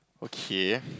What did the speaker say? okay